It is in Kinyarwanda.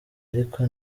ariko